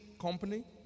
company